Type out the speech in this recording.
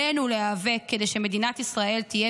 עלינו להיאבק כדי שמדינת ישראל תהיה